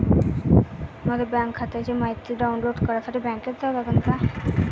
मले बँक खात्याची मायती डाऊनलोड करासाठी बँकेत जा लागन का?